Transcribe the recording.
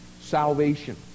salvation